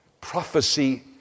prophecy